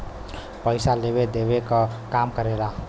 पइसा लेवे देवे क काम करेला